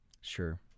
Sure